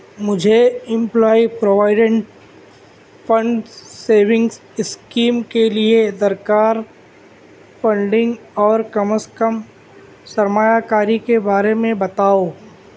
مجھے employee provident fund savings scheme کے لیے درکار فنڈنگ اور کم از کم سرمایہ کاری کے بارے میں بتاؤ